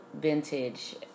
vintage